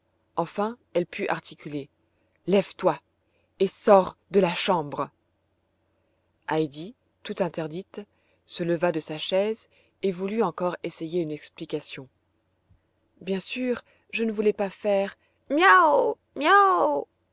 enfin elle put articuler lève-toi et sors de la chambre heidi tout interdite se leva de sa chaise et voulut encore essayer une explication bien sûr je ne voulais pas faire miaou miaou